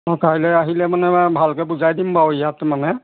অ কাইলৈ আহিলে মানে ভালকৈ বুজাই দিম বাৰু ইয়াত মানে